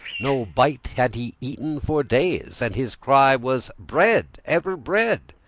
no bite had he eaten for days, and his cry was bread! ever bread!